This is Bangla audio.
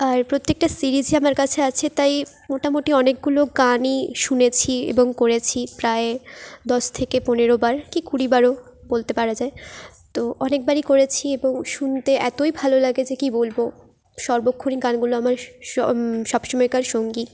আর প্রত্যেকটা সিরিজই আমার কাছে আছে তাই মোটামুটি অনেকগুলো গানই শুনেছি এবং করেছি প্রায় দশ থেকে পনেরো বার কি কুড়ি বারও বলতে পারা যায় তো অনেকবারই করেছি এবং শুনতে এতই ভালো লাগে যে কি বলবো সর্বক্ষণই গানগুলো আমার সম সব সময়কার সঙ্গী